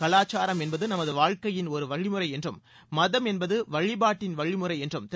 கலாச்சாரம் என்பது நமது வாழ்க்கையின் ஒரு வழிமுறை என்றும் மதம் என்பது வழிபாட்டின் வழிமுறை என்றும் திரு